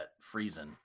freezing